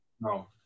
No